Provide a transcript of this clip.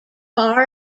far